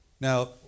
Now